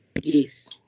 Yes